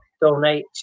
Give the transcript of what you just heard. Donate